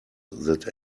that